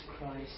Christ